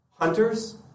Hunters